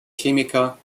chemiker